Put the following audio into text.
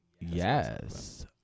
Yes